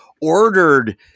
ordered